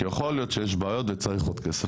כי יכול להיות שיש בעיות וצריך עוד כסף.